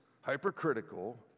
hypercritical